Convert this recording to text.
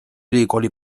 ülikooli